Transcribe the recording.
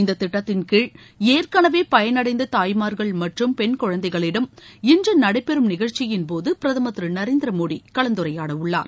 இந்த திட்டத்தின் கீழ் ஏற்கௌவே பயனடைந்த தாய்மார்கள் மற்றும் பெண் குழந்தைகளிடம் இன்று நடைபெறும் நிகழ்ச்சியின்போது பிரதமர் திரு நரேந்திரமோடி கலந்துரையாடவுள்ளார்